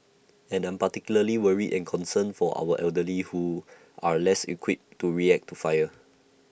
and I'm particularly worried and concerned for our elderly who are less equipped to react to fire